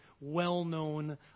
well-known